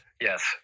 Yes